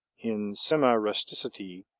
in semi-rusticity,